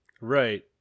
Right